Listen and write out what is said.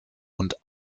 und